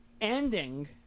ending